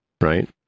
Right